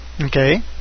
Okay